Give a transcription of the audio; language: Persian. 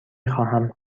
خواهم